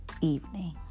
evening